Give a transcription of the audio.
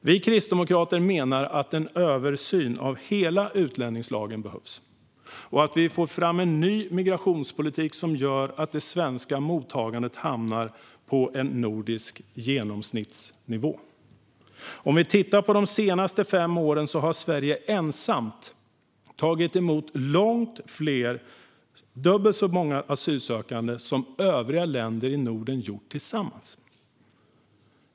Vi kristdemokrater menar att en översyn av hela utlänningslagen behövs och att vi behöver få fram en ny migrationspolitik som gör att det svenska mottagandet hamnar på en nordisk genomsnittsnivå. Om vi tittar på de senaste fem åren ser vi att Sverige ensamt har tagit emot långt mer än dubbelt så många asylsökande som övriga länder i Norden har gjort tillsammans.